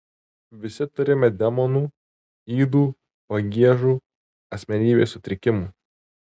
visi turime demonų ydų pagiežų asmenybės sutrikimų